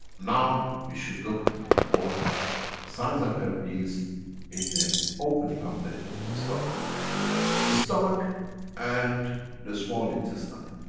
now we should look for signs of herpes in the opening of the stomach. the stomach and the small intestine.